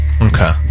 Okay